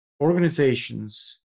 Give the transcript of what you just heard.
Organizations